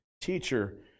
Teacher